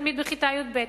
ותלמיד בכיתה י"ב.